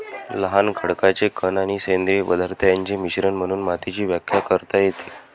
लहान खडकाचे कण आणि सेंद्रिय पदार्थ यांचे मिश्रण म्हणून मातीची व्याख्या करता येते